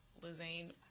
Lizane